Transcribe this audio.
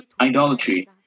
idolatry